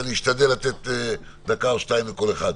אני אשתדל לתת דקה או שתיים לכל אחד.